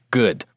good